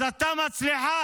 אז אתה מצליחן.